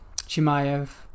Chimaev